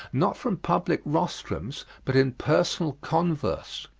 not from public rostrums, but in personal converse.